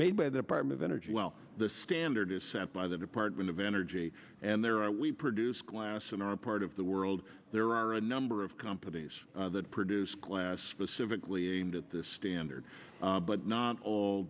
made by the part of energy well the standard is sent by the department of energy and there are we produce glass in our part of the world there are a number of companies that produce glass specifically aimed at this standard but not all